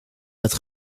het